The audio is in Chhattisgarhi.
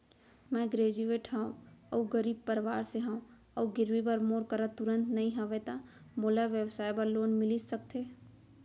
मैं ग्रेजुएट हव अऊ गरीब परवार से हव अऊ गिरवी बर मोर करा तुरंत नहीं हवय त मोला व्यवसाय बर लोन मिलिस सकथे?